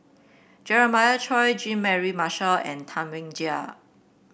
Jeremiah Choy Jean Mary Marshall and Tam Wai Jia